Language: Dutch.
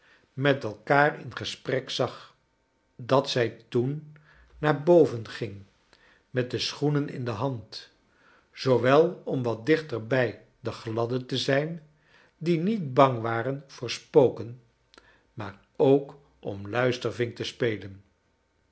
met elkaar in gesprek zag dat zij toen naar boven ging met de schoenen in de hand zoowel om wat dichter bij de gladden te zijn die niet bang waren voor spoken maar ook om luistervink te spelen